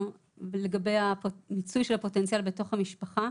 לגבי המיצוי של הפוטנציאל בתוך המשפחה.